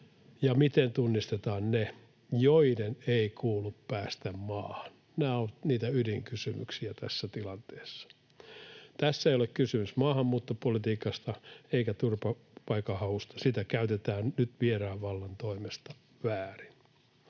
Ja miten tunnistetaan ne, joiden ei kuulu päästä maahan? Nämä ovat niitä ydinkysymyksiä tässä tilanteessa. Tässä ei ole kysymys maahanmuuttopolitiikasta eikä turvapaikanhausta — sitä käytetään nyt vieraan vallan toimesta väärin.